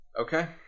Okay